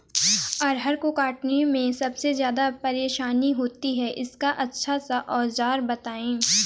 अरहर को काटने में सबसे ज्यादा परेशानी होती है इसका अच्छा सा औजार बताएं?